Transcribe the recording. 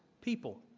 people